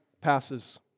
passes